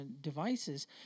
devices